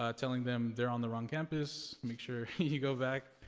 um telling them they're on the wrong campus, make sure you go back